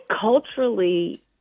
culturally